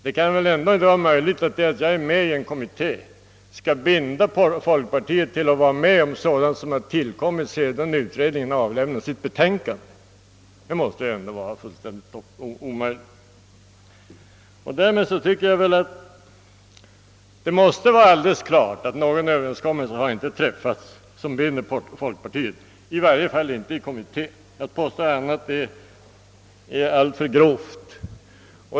Det kan väl ändå inte vara möjligt att därför att jag är med i en kommitté folkpartiet skall bindas att vara med om sådant som tillkommit sedan utredningen avlämnat sitt betänkande. Det måste väl ändå vara fullständigt omöjligt. Därmed måste det enligt min mening stå alldeles klart, att någon Överenskommelse inte har träffats som binder folkpartiet, i varje fall inte i kommittén. Att påstå annat är alltfört grovt.